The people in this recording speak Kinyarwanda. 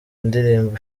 indirimbo